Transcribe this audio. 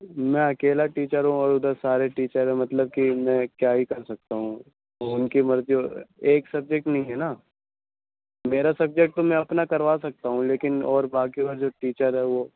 میں اکیلا ٹیچر ہوں اور ادھر سارے ٹیچر ہیں مطلب کہ میں کیا ہی کر سکتا ہوں وہ ان کی مرضی ایک سبجیکٹ نہیں ہے نہ میرا سبجیکٹ تو میں اپنا کروا سکتا ہوں لیکن اور باقی وہ جو ٹیچر ہیں وہ